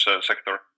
sector